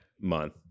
month